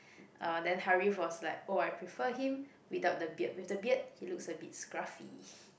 uh then Harif was like oh I prefer him without the beard with the beard he looks a bit scruffy